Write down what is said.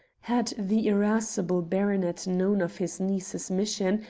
had the irascible baronet known of his niece's mission,